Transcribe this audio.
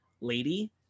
lady